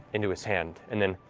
into his hand, and then